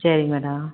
சரி மேடம்